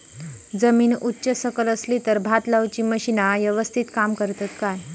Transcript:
जमीन उच सकल असली तर भात लाऊची मशीना यवस्तीत काम करतत काय?